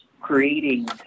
creating